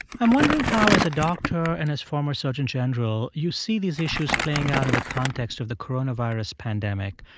i'm wondering how, as a doctor and as former surgeon general, general, you see these issues playing out in the context of the coronavirus pandemic.